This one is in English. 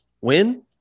win